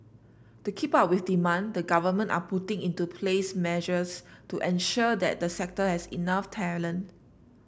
to keep up with demand the government are putting into place measures to ensure that the sector has enough talent